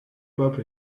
bab